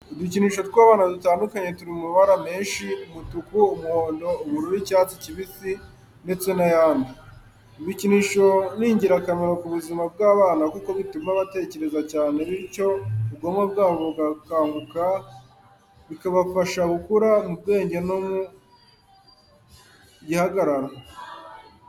Udukinisho tw'abana dutandukanye turi mu mabara menshi, umutuku, umuhondo, ubururu, icyatsi kibisi ndetse n'ayandi. Ibikinisho ni ingirakamaro ku buzima bw'abana kuko bituma batekereza cyane bityo ubwonko bwabo bugakanguka, bikabafasha gukura mu bwenge no mu gihagararo.